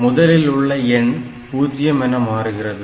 முதலில் உள்ள எண் 0 என மாறுகிறது